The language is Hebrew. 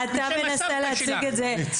אתה מנסה להציג את זה ככה.